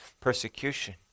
persecution